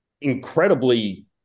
incredibly